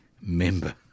member